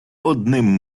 одним